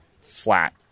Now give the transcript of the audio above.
flat